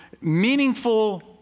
meaningful